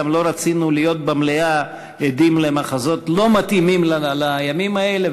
גם לא רצינו להיות עדים במליאה למחזות לא מתאימים לימים האלה.